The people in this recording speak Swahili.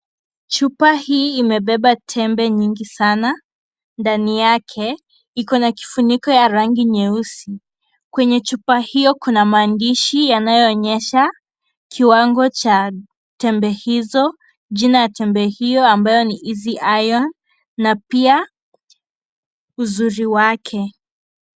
Chupa hii imebeba tembe nyingi sana ndani yake, iko na kifuniko ya rangi nyeusi. Kwenye chupa hiyo kuna maandishi yanayoonyesha kiwango cha tembe hizo, jina ya tembe hizo ambayo ni EASY iron na pia uzuri wake.